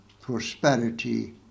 prosperity